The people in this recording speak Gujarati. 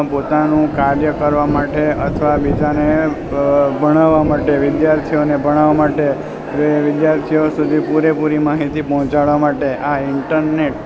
પોતાનું કાર્ય કરવા માટે અથવા બીજાને ભણાવવા માટે વિદ્યાર્થીઓને ભણાવવા માટે કે વિદ્યાર્થીઓ સુધી પૂરેપૂરી માહિતી પહોંચાડવા માટે આ ઇન્ટરનેટ